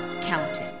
counting